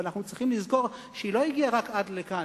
אבל אנחנו צריכים לזכור שהיא לא הגיעה רק עד לכאן,